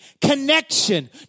Connection